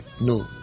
No